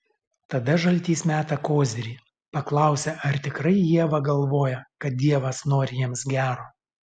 tada žaltys meta kozirį paklausia ar tikrai ieva galvoja kad dievas nori jiems gero